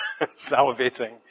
salivating